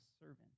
servant